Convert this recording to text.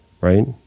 Right